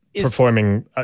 performing